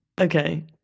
Okay